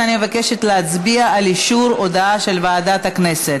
ואני מבקשת להצביע על אישור ההודעה של ועדת הכנסת.